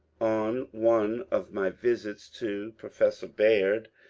on one of my visits to professor baird,